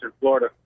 Florida